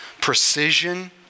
precision